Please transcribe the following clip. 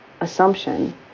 assumption